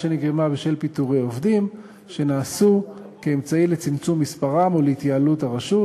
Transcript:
שנגרמה בשל פיטורי עובדים שנעשו כאמצעי לצמצום מספרם או להתייעלות הרשות,